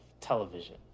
television